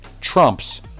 Trump's